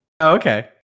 Okay